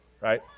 right